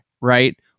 right